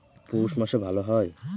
পৌষ মাসে ভালো হয়?